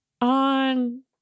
on